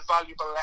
valuable